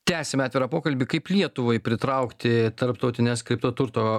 tęsiame atvirą pokalbį kaip lietuvai pritraukti tarptautines kripto turto